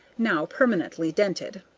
now permanently dented.